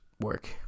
work